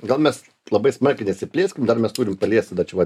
gal mes labai smarkiai nesiplėskim dar mes turim paliesti dar čia vat